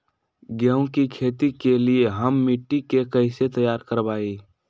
गेंहू की खेती के लिए हम मिट्टी के कैसे तैयार करवाई?